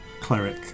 cleric